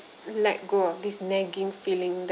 let go of this nagging feeling that